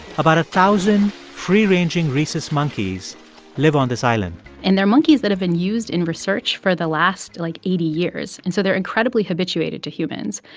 about a thousand free-ranging rhesus monkeys live on this island and they're monkeys that have been used in research for the last, like, eighty years. and so they're incredibly habituated to humans,